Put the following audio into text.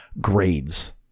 grades